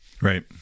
right